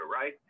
right